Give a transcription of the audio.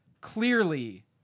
clearly